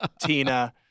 Tina